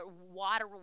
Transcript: water